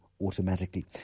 automatically